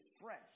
fresh